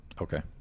Okay